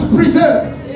preserved